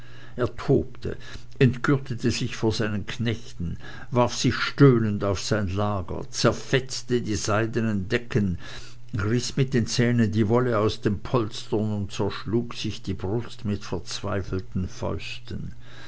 er tobte entgürtete sich vor seinen knechten warf sich stöhnend auf sein lager zerfetzte die seidenen decken riß mit den zähnen die wolle aus den polstern und zerschlug sich die brust mit verzweifelten fäusten